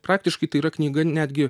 praktiškai tai yra knyga netgi